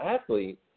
athlete